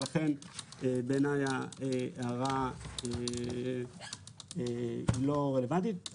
לכן בעיניי ההערה היא לא רלוונטית.